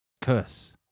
Curse